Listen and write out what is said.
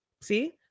See